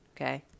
okay